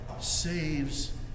SAVES